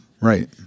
Right